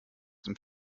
dem